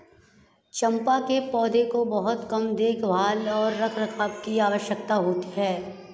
चम्पा के पौधों को बहुत कम देखभाल और रखरखाव की आवश्यकता होती है